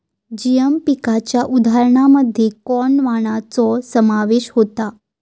GM पिकांच्या उदाहरणांमध्ये corn वाणांचो समावेश होता